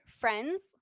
friends